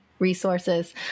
resources